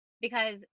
Because-